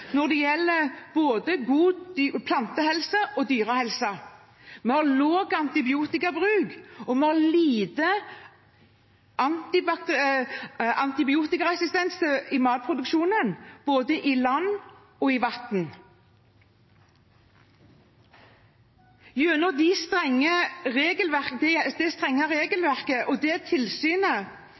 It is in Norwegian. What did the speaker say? når det gjelder god plante- og dyrehelse. Vi har lav antibiotikabruk, og vi har lite antibiotikaresistens i matproduksjonen – både på land og i vann. Gjennom det strenge regelverket og det tilsynet vi har langs hele matproduksjonskjeden, legges det